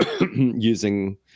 using